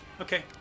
Okay